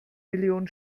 millionen